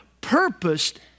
purposed